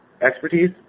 expertise